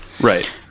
right